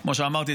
כמו שאמרתי,